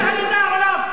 האוניברסיטה שלך לא, בעולם.